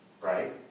right